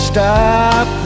Stop